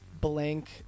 blank